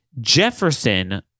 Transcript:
Jefferson